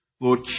Lord